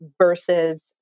versus